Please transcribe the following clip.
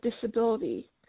disability